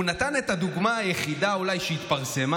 הוא נתן את הדוגמה היחידה אולי שהתפרסמה,